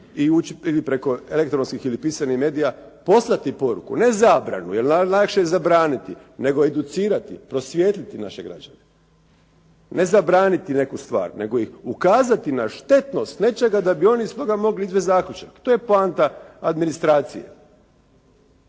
preko elektronskih ili pisanih medija poslati poruku, ne zabranu, jer najlakše je zabraniti, nego educirati, prosvijetliti naše građane, ne zabraniti neku stvar, nego im ukazati na štetnost nečega da bi oni iz toga mogli izvesti zaključak. To je poanta administracije.